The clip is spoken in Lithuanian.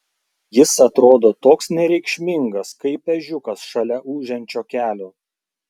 jis atrodo toks nereikšmingas kaip ežiukas šalia ūžiančio kelio